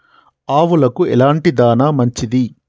ఆవులకు ఎలాంటి దాణా మంచిది?